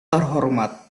terhormat